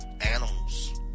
animals